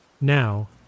Now